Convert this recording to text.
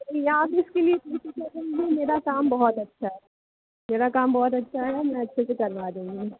आप इसके लिए मेरा काम बहुत अच्छा है मेरा काम बहुत अच्छा है मैं अच्छे से करवा दूंगी